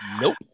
Nope